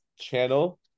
channel